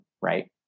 right